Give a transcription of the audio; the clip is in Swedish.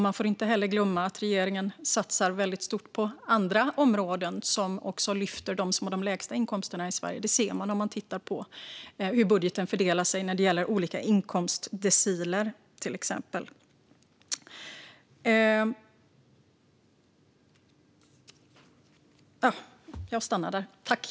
Man får inte heller glömma att regeringen satsar stort på andra områden som också lyfter dem som har de lägsta inkomsterna i Sverige. Det ser man om man tittar på hur budgeten fördelas när det kommer till exempelvis olika inkomstdeciler.